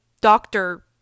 doctor